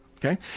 Okay